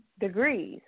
degrees